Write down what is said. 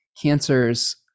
cancers